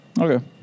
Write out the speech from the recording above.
Okay